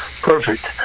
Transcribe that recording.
Perfect